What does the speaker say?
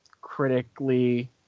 critically